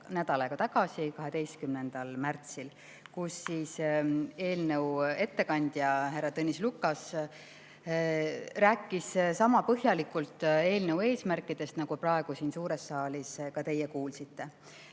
nädal aega tagasi, 12. märtsil. Eelnõu ettekandja härra Tõnis Lukas rääkis sama põhjalikult eelnõu eesmärkidest [komisjonis], nagu praegu siin suures saalis ka teie kuulsite.